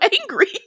angry